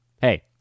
hey